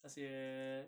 那些